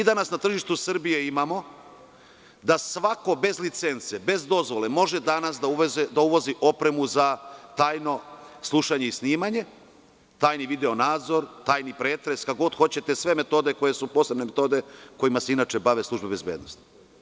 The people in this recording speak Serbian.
Danas na tržištu Srbije imamo da svako bez licence, bez dozvole može da uvozi opremu za tajno slušanje i snimanje, tajni video nadzor, tajni pretres, kako god hoćete, sve metode kojima se inače bave službe bezbednosti.